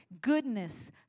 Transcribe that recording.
goodness